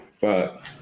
Fuck